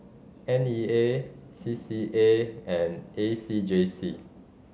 N E A C C A and A C J C